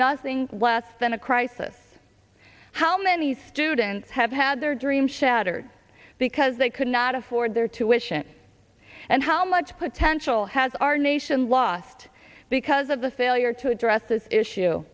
nothing less than a crisis how many students have had their dreams shattered because they could not afford their tuition and how much potential has our nation lost because of the failure to address this issue